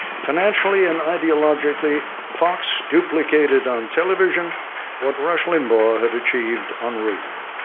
financially and ideologically, fox duplicated on television what rush limbaugh had achieved on radio.